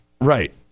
Right